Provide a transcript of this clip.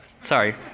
sorry